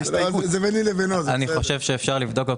זה ביני ובינו, זה בסדר.